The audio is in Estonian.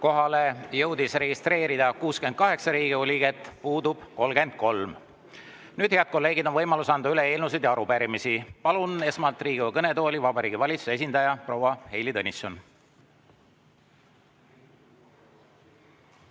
Kohalolijaks jõudis registreeruda 68 Riigikogu liiget, puudub 33.Nüüd, head kolleegid, on võimalus anda üle eelnõusid ja arupärimisi. Palun esmalt Riigikogu kõnetooli Vabariigi Valitsuse esindaja proua Heili Tõnissoni.